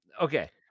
okay